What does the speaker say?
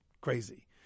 crazy